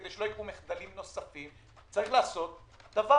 כדי שלא יקרו מחדלים נוספים צריך לעשות דבר